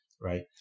right